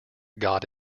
god